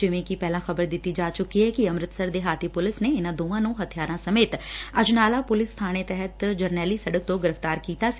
ਜਿਵੇਂ ਕਿ ਪਹਿਲਾਂ ਖ਼ਬਰ ਦਿੱਤੀ ਜਾ ਚੁੱਕੀ ਐ ਕਿ ਅੰਮਿਤਸਰ ਦੇਹਾਤੀ ਪੁਲਿਸ ਨੇ ਇਨੂਾਂ ਦੋਵਾਂ ਨੂੰ ਹਬਿਆਰਾਂ ਸਮੇਤ ਅਜਨਾਲਾ ਪੁਲਿਸ ਬਾਣੇ ਤਹਿਤ ਜਰਨੈਲੀ ਸੜਕ ਤੋਂ ਗ੍ਰਿਫ਼ਤਾਰ ਕੀਤਾ ਸੀ